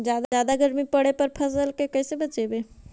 जादा गर्मी पड़े पर फसल के कैसे बचाई?